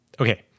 Okay